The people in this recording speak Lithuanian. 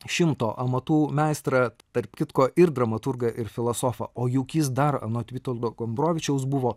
šimto amatų meistrą tarp kitko ir dramaturgą ir filosofą o juk jis dar anot witoldo gombrowicziaus buvo